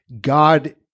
god